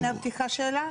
אפשר לפני הפתיחה שאלה?